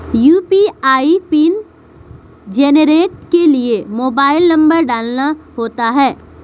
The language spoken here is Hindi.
यू.पी.आई पिन जेनेरेट के लिए मोबाइल नंबर डालना होता है